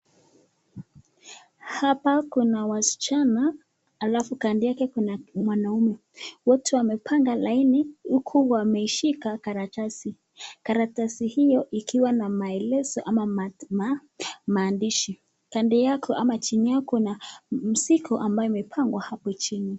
Hapa kuna wasichana alafu kando yake kuna mwanaume, wote wamepanga laini huku wameshiaka karatasi. Karatasi hiyo ikowa na maelezo ama maandishi, kando yako ama chini kuna msiku ambayo imepangwa hapo chini.